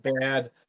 bad